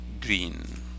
Green